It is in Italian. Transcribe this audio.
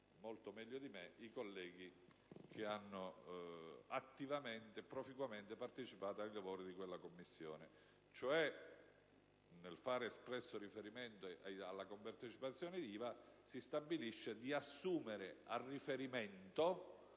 molto meglio di me i colleghi che hanno attivamente e proficuamente partecipato ai lavori di quella Commissione. Nel fare espresso riferimento alla compartecipazione IVA, si stabilisce di assumere a riferimento